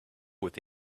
with